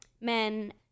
men